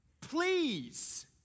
please